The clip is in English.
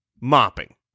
mopping